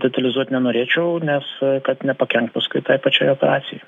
detalizuot nenorėčiau nes kad nepakenkt paskui tai pačiai operacijai